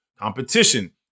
Competition